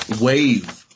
wave